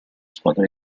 squadra